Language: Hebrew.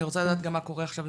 אני רוצה לדעת גם מה קורה עכשיו,